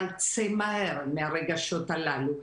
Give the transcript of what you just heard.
אבל צא מהר מהרגשות הללו,